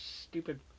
stupid